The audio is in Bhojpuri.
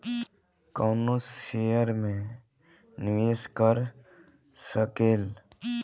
कवनो शेयर मे निवेश कर सकेल